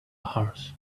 horse